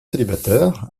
célibataire